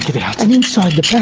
it out, and inside the